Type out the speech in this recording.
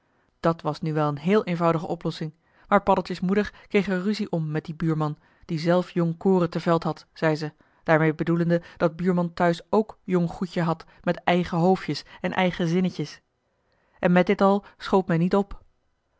dat was nu wel een heel eenvoudige oplossing maar paddeltjes moeder kreeg er ruzie om met dien buurman die zelf jong koren te veld had zei ze daarmee bedoelende dat buurman thuis ook jong goedje had met eigen hoofdjes en eigen zinnetjes en met dit al schoot men niet op